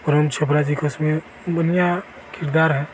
प्रेम चोपड़ा जी का इसमें बढ़िया किरदार है